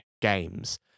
Games